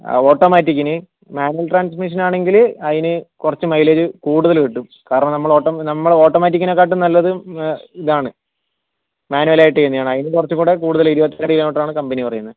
ഓട്ടോമാറ്റിക്കിന് manual transmission ആണെങ്കിൽ അതിന് കുറച്ച് മൈലേജ് കൂടുതൽ കിട്ടും കാരണം നമ്മൾ ഓട്ടം നമ്മളെ ഓട്ടോമാറ്റിക്കിനെക്കാട്ടും നല്ലത് ഇതാണ് മാനുവൽ ആയിട്ട് ചെയ്യുന്നതാണ് അതിന് കൊറച്ചും കൂടി കൂടുതൽ ഇരുപത്തിരണ്ട് കിലോമീറ്ററാണ് കമ്പനി പറയുന്നത്